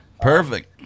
Perfect